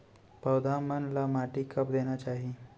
पौधा मन ला माटी कब देना चाही?